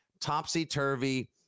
topsy-turvy